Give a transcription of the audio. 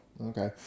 Okay